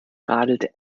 radelte